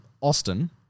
Austin